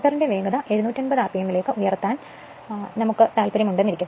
മോട്ടോറിന്റെ വേഗത 750 ആർപിഎമ്മിലേക്ക് ഉയർത്താൻ താല്പര്യപ്പെടുന്നു